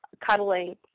cuddling